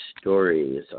Stories